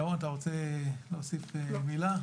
ירון, אתה רוצה להוסיף מילה?